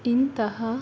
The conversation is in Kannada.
ಇಂತಹ